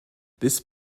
this